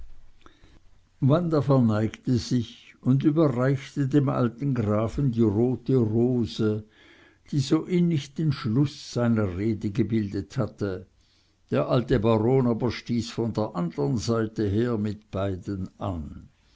wanda verneigte sich und überreichte dem alten grafen die rote rose die so sinnig den schluß seiner rede gebildet hatte der alte baron aber stieß von der andern seite her mit beiden an